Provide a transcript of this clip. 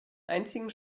einzigen